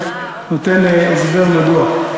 אני רק נותן הסבר מדוע.